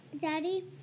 Daddy